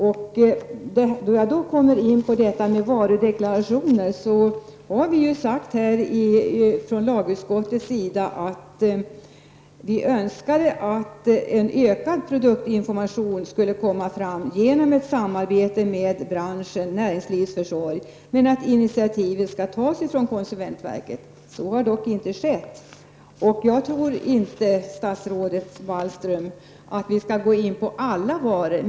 När det gäller varudeklarationer har vi från lagutskottets sida sagt att vi önskar att en ökad produktinformation skall komma fram genom ett samarbete med branschen och i näringslivets försorg — men initiativet skall tas från konsumentverkets sida. Så har dock inte skett. Jag tror inte, statsrådet Wallström, att vi skall titta på alla varor.